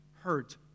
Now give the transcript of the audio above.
hurt